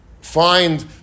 find